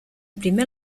primer